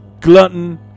glutton